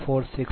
5 sin